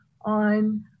on